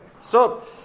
Stop